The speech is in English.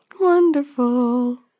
wonderful